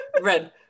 Red